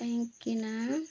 କାହିଁକିନା